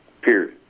Period